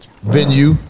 venue